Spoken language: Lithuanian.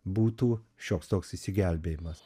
būtų šioks toks išsigelbėjimas